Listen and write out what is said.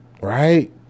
Right